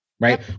right